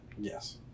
Yes